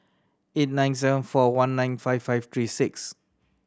eight nine seven four one nine five five three six